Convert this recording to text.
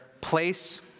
place